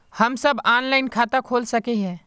हम सब ऑनलाइन खाता खोल सके है?